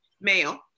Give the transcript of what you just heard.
male